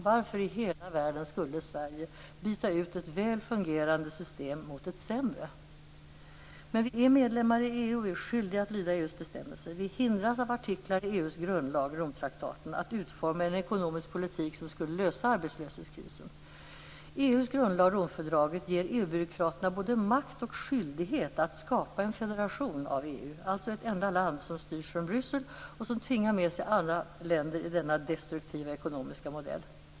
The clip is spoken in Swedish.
Varför i hela världen skulle Sverige byta ut ett väl fungerande system mot ett sämre? Men vi är medlemmar i EU. Vi är skyldiga att lyda EU:s bestämmelser. Vi hindras av artiklar i EU:s grundlag, Romtraktaten, att utforma en ekonomisk politik som skulle lösa arbetslöshetskrisen. byråkraterna både makt och skyldighet att skapa en federation av EU, alltså ett enda land som styrs från Bryssel och som tvingar med sig alla andra länder i denna destruktiva ekonomiska modell.